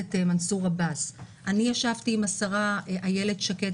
הכנסת מנסור עבאס; אני ישבתי עם שרת הפנים איילת שקד,